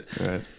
Right